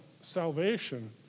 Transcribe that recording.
salvation